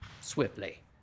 swiftly